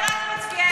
זה רק מצביעי ליכוד,